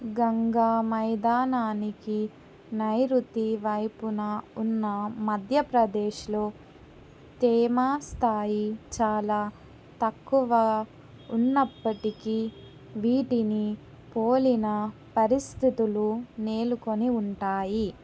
గంగా మైదానానికి నైరుతి వైపున ఉన్న మధ్యప్రదేశ్లో తేమ స్థాయి చాలా తక్కువ ఉన్నప్పటికీ వీటిని పోలిన పరిస్థితులు నేలుకొని ఉంటాయి